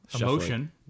emotion